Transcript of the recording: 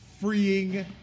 freeing